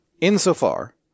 insofar